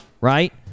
right